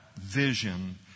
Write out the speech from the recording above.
vision